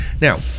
Now